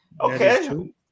Okay